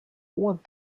what